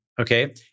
Okay